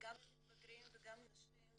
גם עם מתבגרים וגם עם נשים,